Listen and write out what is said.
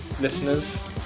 listeners